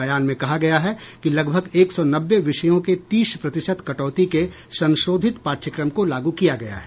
बयान में कहा गया है कि लगभग एक सौ नब्बे विषयों के तीस प्रतिशत कटौती के संशोधित पाठ्यक्रम को लागू किया गया है